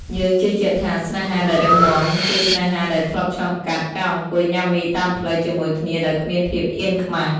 យើងជឿជាក់ថា ស្នេហាដែលរឹងមាំ គឺស្នេហាដែលធ្លាប់ឆ្លងកាត់ការអង្គុយញ៉ាំមីតាមផ្លូវជាមួយគ្នាដោយគ្មានភាពអៀនខ្មាស។